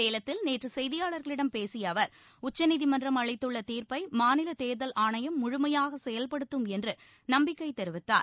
சேலத்தில் நேற்று செய்தியாளர்களிடம் பேசிய அவர் உச்சநீதிமன்றம் அளித்துள்ள தீர்ப்பை மாநில தேர்தல் ஆணையம் முழுமையாக செயல்படுத்தும் என்று நம்பிக்கை தெரிவித்தார்